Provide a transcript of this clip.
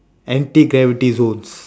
anti-gravity zones